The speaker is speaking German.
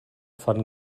von